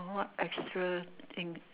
what extra thing